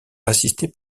assisté